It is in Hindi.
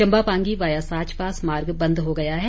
चंबा पांगी वाया साच पास मार्ग बंद हो गया है